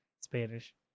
Spanish